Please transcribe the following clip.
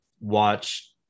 watch